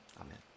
Amen